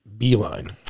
Beeline